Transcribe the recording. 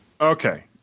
Okay